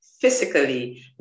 physically